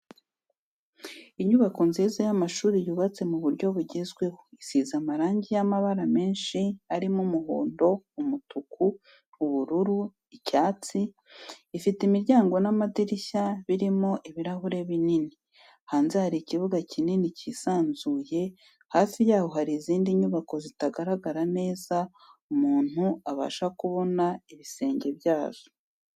Inyubako nziza y'amashuri yubatse mu buryo bugezweho isize amarangi y'amabara menshi arimo umuhondo, umutuku, ubururu, icyatsi, ifite imiryango n'amadirishya birimo ibirahuri binini, hanze hari ikibuga kinini cyisanzuye, hafi yaho hari izindi nyubako zitagaragara neza umuntu abasha kubona ibisenge byazo.